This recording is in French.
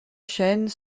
chênes